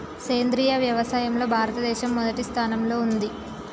సేంద్రియ వ్యవసాయంలో భారతదేశం మొదటి స్థానంలో ఉంది